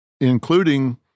including